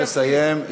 לא, אני מבקש לסיים.